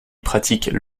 pratiquent